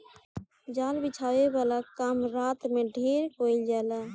जाल बिछावे वाला काम रात में ढेर कईल जाला